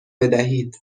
بدهید